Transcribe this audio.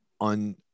on